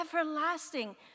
everlasting